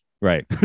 Right